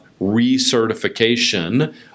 recertification